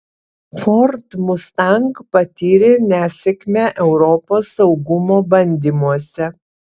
ford mustang patyrė nesėkmę europos saugumo bandymuose